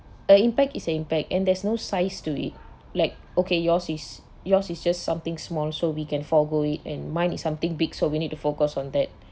a impact is a impact and there's no size to it like okay yours is yours is just something small so we can forgo it and mine is something big so we need to focus on that